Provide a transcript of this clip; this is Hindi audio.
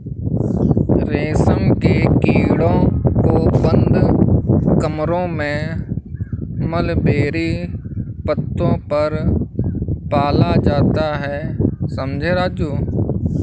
रेशम के कीड़ों को बंद कमरों में मलबेरी पत्तों पर पाला जाता है समझे राजू